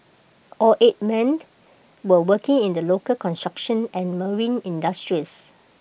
all eight men were working in the local construction and marine industries